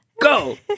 Go